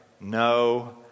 no